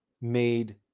made